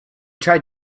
tried